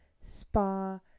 spa-